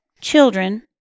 children